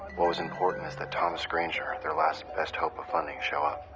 iwhat was important is that thomas granger, their last best hope of funding, show up.